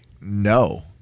no